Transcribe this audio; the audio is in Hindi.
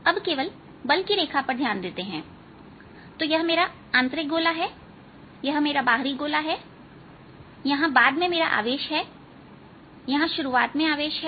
अब केवल बल की एक रेखा पर ध्यान देते हैं तो यह मेरा आंतरिक गोला हैयह मेरा बाहरी गोला हैयहां बाद में मेरा आवेश है यहां शुरुआत में आवेश है